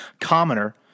commoner